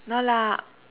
no lah